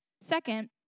Second